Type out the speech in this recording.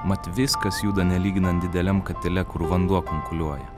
mat viskas juda nelyginant dideliam katile kur vanduo kunkuliuoja